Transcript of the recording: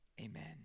Amen